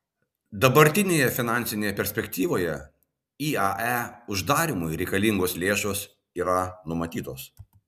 dabartinėje finansinėje perspektyvoje iae uždarymui reikalingos lėšos yra numatytos